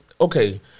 Okay